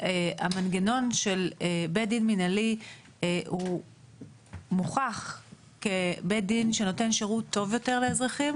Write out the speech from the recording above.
המנגנון של בית דין מינהלי מוכח כבית דין שנותן שירות טוב יותר לאזרחים,